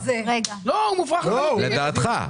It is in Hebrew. לדעתה.